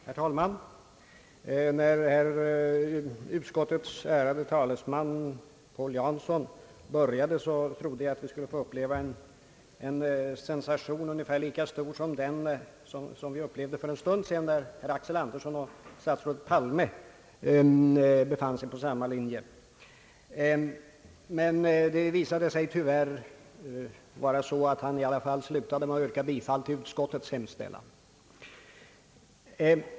Herr talman! När utskottets ärade talesman herr Paul Jansson började sitt anförande trodde jag att vi skulle få uppleva en sensation ungefär lika stor som den vi upplevde för en stund sedan när herr Axel Andersson och statsrådet Palme befann sig på samma linje. Men tyvärr slutade herr Paul Jansson med att i alla fall yrka bifall till utskottets hemställan.